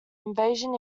invasion